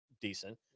decent